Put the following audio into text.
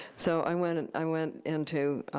so i went and i went into